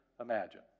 imagine